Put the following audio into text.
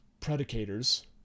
predicators